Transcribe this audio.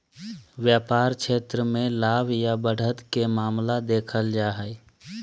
व्यापार क्षेत्र मे लाभ या बढ़त के मामला देखल जा हय